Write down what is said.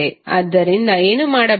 ಆದ್ದರಿಂದ ಏನು ಮಾಡಬೇಕು